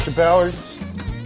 bowers.